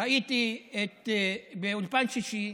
ראיתי באולפן שישי